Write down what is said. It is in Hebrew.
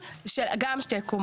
גם שתי קומות.